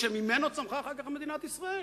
שממנו צמחה אחר כך מדינת ישראל.